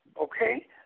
Okay